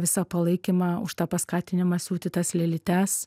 visą palaikymą už tą paskatinimą siūti tas lėlytes